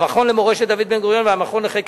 המכון למורשת דוד בן-גוריון